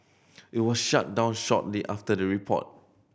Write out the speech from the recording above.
it was shut down shortly after the report